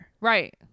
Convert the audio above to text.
Right